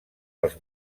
els